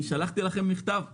שלחתי לכם מכתב לאחרונה,